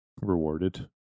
rewarded